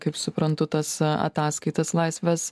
kaip suprantu tas ataskaitas laisvės